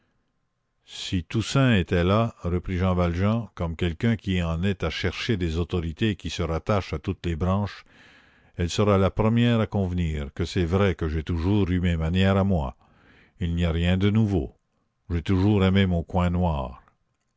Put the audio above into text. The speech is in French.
si toussaint était là reprit jean valjean comme quelqu'un qui en est à chercher des autorités et qui se rattache à toutes les branches elle serait la première à convenir que c'est vrai que j'ai toujours eu mes manières à moi il n'y a rien de nouveau j'ai toujours aimé mon coin noir